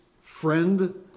friend